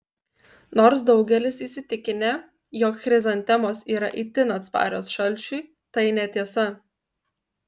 nors daugelis įsitikinę jog chrizantemos yra itin atsparios šalčiui tai netiesa